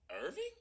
Irving